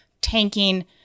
tanking